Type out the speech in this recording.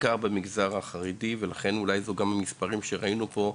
הוא קיים בעיקר בחברה החרדית ולכן זה כנראה מתואם למספרים שראינו קודם.